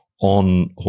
on